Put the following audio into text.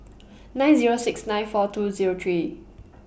nine Zero six nine four two Zero three